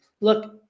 look